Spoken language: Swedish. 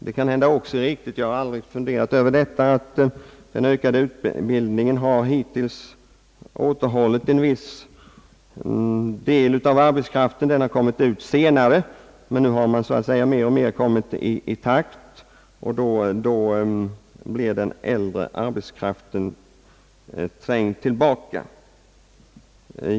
Det kanske också är riktigt — jag har inte funderat över det — att den ökade utbildningstiden hittills medfört att en viss del av den unga arbetskraften kommit ut senare, men att man nu så att säga kommit i takt och att den äldre arbetskraften då trängs tillbaka.